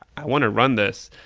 i want to run this.